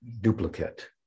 duplicate